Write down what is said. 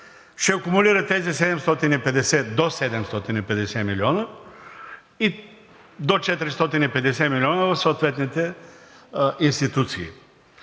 ще акумулира тези до 750 милиона и до 450 милиона в съответните институции.